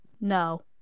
No